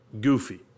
goofy